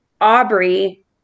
aubrey